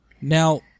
Now